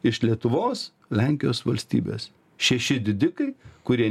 iš lietuvos lenkijos valstybės šeši didikai kurie